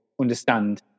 understand